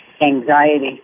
anxiety